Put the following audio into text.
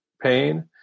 pain